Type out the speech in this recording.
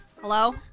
Hello